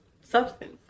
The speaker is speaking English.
substance